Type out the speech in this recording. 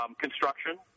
Construction